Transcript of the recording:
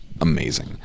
amazing